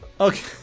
Okay